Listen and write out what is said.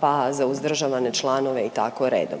pa za uzdržavane članove i tako redom.